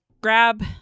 grab